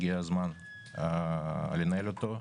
הגיע הזמן לנהל אותו.